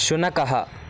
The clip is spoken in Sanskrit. शुनकः